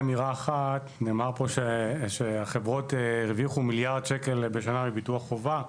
נאמר פה שהחברות הרוויחו מיליארד שקל בשנה ביטוח חובה.